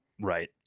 right